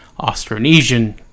Austronesian